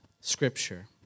Scripture